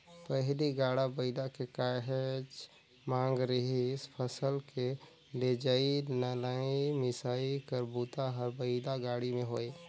पहिली गाड़ा बइला के काहेच मांग रिहिस फसल के लेजइ, लनइ, मिसई कर बूता हर बइला गाड़ी में होये